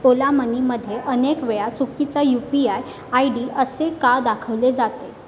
ओला मनीमध्ये अनेक वेळा चुकीचा U P I I D असे का दाखवले जाते